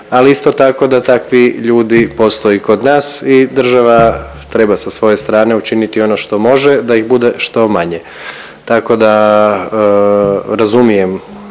ali isto tako da takvi ljudi postoje i kod nas i država treba sa svoje strane učiniti ono što može da ih bude što manje. Tako da razumijem